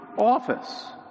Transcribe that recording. office